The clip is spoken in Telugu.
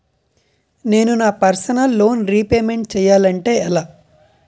నేను నా పర్సనల్ లోన్ రీపేమెంట్ చేయాలంటే ఎలా?